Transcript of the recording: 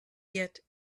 yet